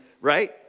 right